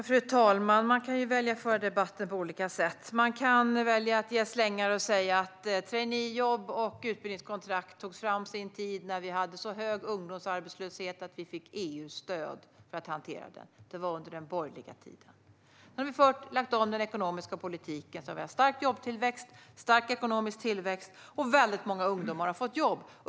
Fru talman! Man kan välja att föra debatten på olika sätt. Man kan välja att ge slängar och säga att traineejobb och utbildningskontrakt togs fram i en tid då vi hade så hög ungdomsarbetslöshet att vi fick EU-stöd för att hantera den. Det var under den borgerliga tiden. Nu har vi lagt om den ekonomiska politiken. Vi har stark jobbtillväxt och stark ekonomisk tillväxt, och väldigt många ungdomar har fått jobb.